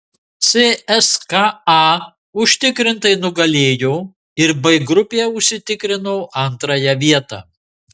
cska užtikrintai nugalėjo ir b grupėje užsitikrino antrąją vietą